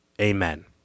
Amen